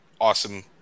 awesome